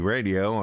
Radio